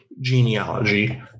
genealogy